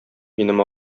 минем